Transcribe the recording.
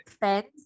fence